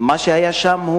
מה שהיה שם,